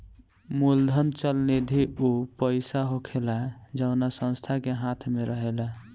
मूलधन चल निधि ऊ पईसा होखेला जवना संस्था के हाथ मे रहेला